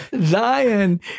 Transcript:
Zion